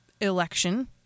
election